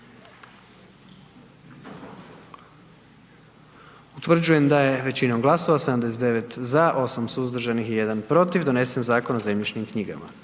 Utvrđujem da je većinom glasova 79 za, 2 suzdržana i 5 protiv donesena odluka kako